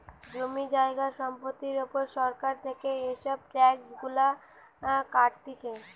জমি জায়গা সম্পত্তির উপর সরকার থেকে এসব ট্যাক্স গুলা কাটতিছে